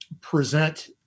present